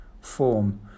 form